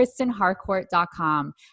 kristenharcourt.com